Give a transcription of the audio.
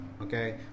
Okay